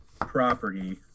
property